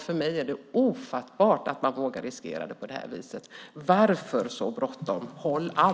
För mig är det ofattbart att man vågar riskera det på det här viset. Varför så bråttom? Håll an!